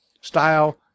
style